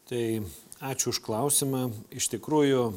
tai ačiū už klausimą iš tikrųjų